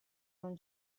non